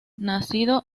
nacido